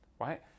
right